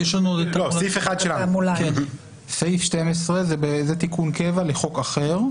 הסעיף הבא הוא תיקון קבע לחוק אחר.